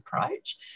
approach